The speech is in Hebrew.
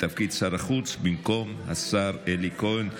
ולמנות את השר ישראל כץ לתפקיד שר החוץ במקום השר אלי כהן.